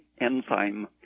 enzyme